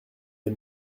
les